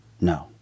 No